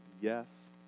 yes